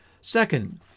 Second